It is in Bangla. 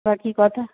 বাকি কথা